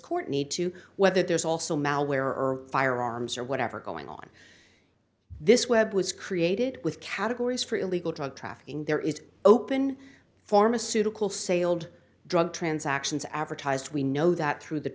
court need to whether there's also malware or firearms or whatever going on this web was created with categories for illegal drug trafficking there is open pharmaceutical sailed drug transactions advertised we know that through the